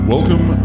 Welcome